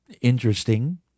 interesting